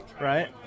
right